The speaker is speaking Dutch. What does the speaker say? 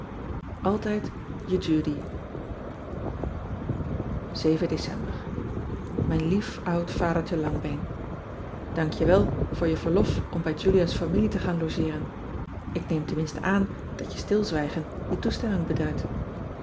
ltijd e udy ean ebster adertje angbeen ecember ijn lief oud adertje angbeen ank je wel voor je verlof om bij ulia s familie te gaan logeeren k neem tenminste aan dat je stilzwijgen je toestemming beduidt